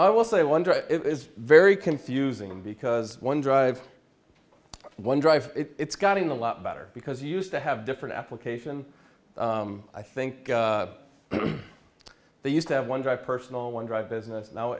i will say one it is very confusing and because one drives one drive it's gotten a lot better because you used to have different application i think they used to have one drive personal one drive business now